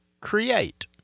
create